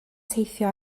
teithio